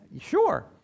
Sure